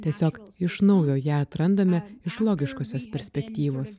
tiesiog iš naujo ją atrandame iš logiškosios perspektyvos